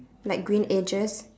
like green edges